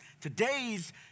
today's